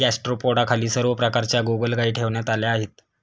गॅस्ट्रोपोडाखाली सर्व प्रकारच्या गोगलगायी ठेवण्यात आल्या आहेत